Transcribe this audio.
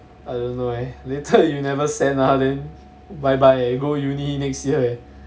I don't know eh later you never send ah then bye bye you go uni next year eh